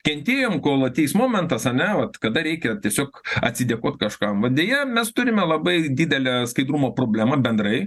kentėjom kol ateis momentas ane vat kada reikia tiesiog atsidėkot kažkam o deja mes turime labai didelę skaidrumo problemą bendrai